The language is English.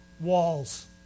Walls